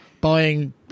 buying